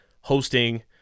hosting